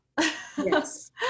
Yes